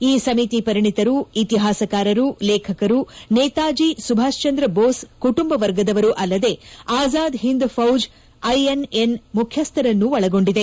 ಈ ಸಮಿತಿ ಪರಿಣಿತರು ಇತಿಹಾಸಕಾರರು ಲೇಖಕರು ನೇತಾಜಿ ಸುಭಾಷ್ ಚಂದ್ರ ಬೋಸ್ ಕುಟುಂಬವರ್ಗದವರು ಅಲ್ಲದೆ ಆಝಾದ್ ಹಿಂದ್ ಫೌಜ್ ಐಎನ್ಎನ ಮುಖ್ಯಸ್ಥರನ್ನೂ ಒಳಗೊಂಡಿದೆ